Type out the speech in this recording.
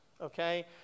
okay